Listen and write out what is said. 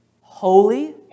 Holy